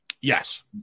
Yes